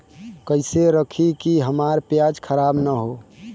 कइसे रखी कि हमार प्याज खराब न हो?